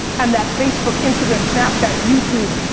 and that facebook, instagram, snapchat, youtube,